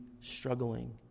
struggling